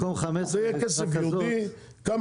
זה יהיה כסף ייעודי,